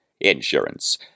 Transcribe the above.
Insurance